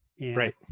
right